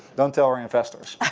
don't tell our investors.